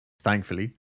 thankfully